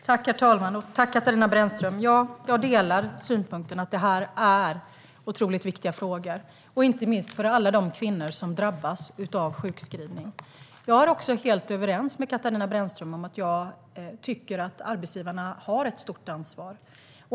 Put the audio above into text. Herr talman! Katarina Brännström! Jag delar synpunkten att det här är otroligt viktiga frågor, inte minst för alla de kvinnor som drabbas av sjukskrivning. Jag är också helt överens med Katarina Brännström om att arbetsgivarna har ett stort ansvar.